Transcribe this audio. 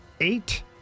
eight